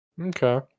Okay